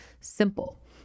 simple